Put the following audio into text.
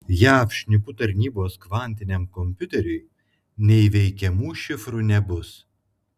jav šnipų tarnybos kvantiniam kompiuteriui neįveikiamų šifrų nebus